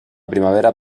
primavera